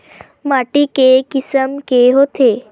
माटी के किसम के होथे?